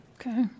Okay